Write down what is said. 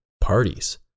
parties